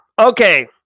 okay